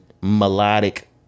melodic